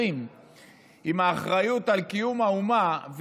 20 עם האחריות על קיום האומה,